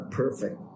perfect